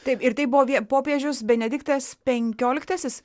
taip ir tai buvo vie popiežius benediktas penkioliktasis